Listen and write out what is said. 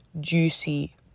juicy